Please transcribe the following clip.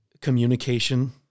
communication